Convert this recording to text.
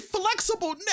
flexible